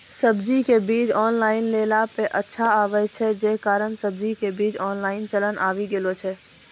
सब्जी के बीज ऑनलाइन लेला पे अच्छा आवे छै, जे कारण सब्जी के बीज ऑनलाइन चलन आवी गेलौ छै?